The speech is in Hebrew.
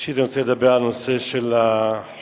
ראשית אני רוצה לדבר על הנושא של החולים,